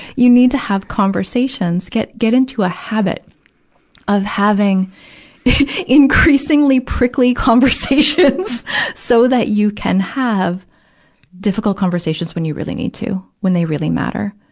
you need to have conversations. get, get into a habit of having increasingly prickly conversations so that you can have difficult conversations when you really need to, when they really matter,